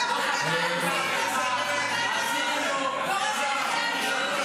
אפס ערכים.